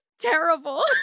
terrible